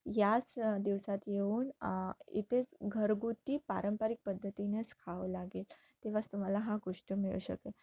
याच दिवसात येऊन इथेच घरगुती पारंपरिक पद्धतीनेच खावं लागेल तेव्हाच तुम्हाला हा गोष्ट मिळू शकेल